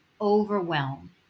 Overwhelm